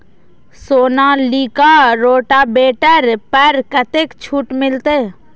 Sonalika rotavator पर कतेक छूट मिलते?